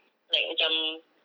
like macam